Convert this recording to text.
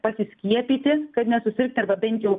pasiskiepyti kad nesusirgti arba bent jau